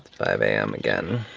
five a m. again.